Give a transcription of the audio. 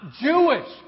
Jewish